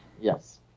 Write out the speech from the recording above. Yes